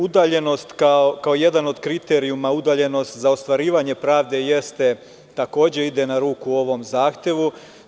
Udaljenost kao jedan od kriterijuma, udaljenost za ostvarivanje pravde jeste takođe ide na ruke ovom zahtevu.